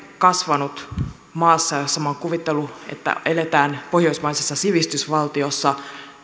kasvanut maassa josta minä olen kuvitellut että siellä eletään pohjoismaisessa sivistysvaltiossa